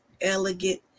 elegant